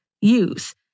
use